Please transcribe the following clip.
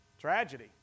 tragedy